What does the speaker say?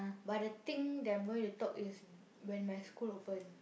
but the thing that I'm going to talk is when my school open